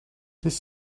this